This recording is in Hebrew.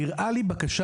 נראה לי שזאת בקשה